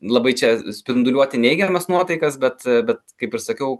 labai čia spinduliuoti neigiamas nuotaikas bet bet kaip ir sakiau